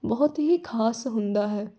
ਬਹੁਤ ਹੀ ਖਾਸ ਹੁੰਦਾ ਹੈ